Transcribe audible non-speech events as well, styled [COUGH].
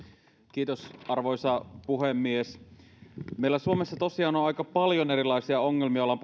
arvoisa puhemies meillä suomessa tosiaan on on aika paljon erilaisia ongelmia on [UNINTELLIGIBLE]